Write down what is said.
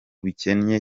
bikennye